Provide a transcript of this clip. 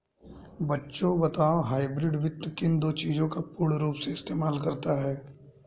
बच्चों बताओ हाइब्रिड वित्त किन दो चीजों का पूर्ण रूप से इस्तेमाल करता है?